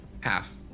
Half